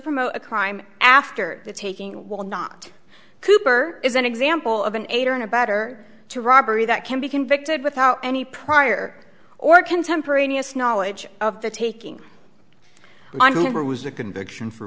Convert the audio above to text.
promote a crime after the taking will not cooper is an example of an aider and abettor to robbery that can be convicted without any prior or contemporaneous knowledge of the taking on whoever was a conviction for